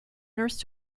nurse